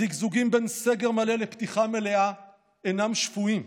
הזיגזגים בין סגר מלא לפתיחה מלאה אינם שפויים.